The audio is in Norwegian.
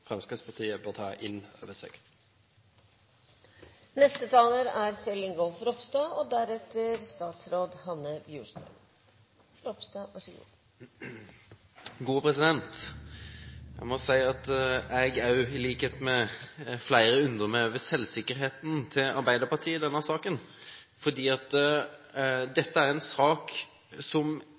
Fremskrittspartiet bør ta inn over seg. Jeg må si at jeg – i likhet med flere – undrer meg over selvsikkerheten til Arbeiderpartiet i denne saken, for dette er en sak som